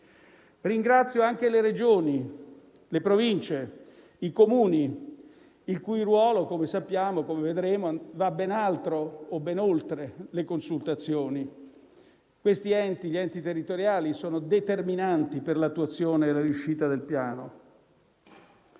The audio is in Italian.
Ringrazio anche le Regioni, le Province e i Comuni, il cui ruolo - come sappiamo e vedremo - va ben oltre le consultazioni. Gli enti territoriali sono determinanti per l'attuazione e la riuscita del Piano.